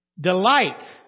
delight